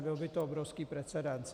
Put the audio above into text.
Byl by to obrovský precedent.